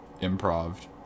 improved